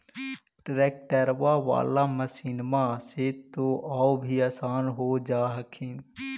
ट्रैक्टरबा बाला मसिन्मा से तो औ भी आसन हो जा हखिन?